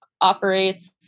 operates